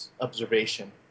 observation